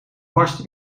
barst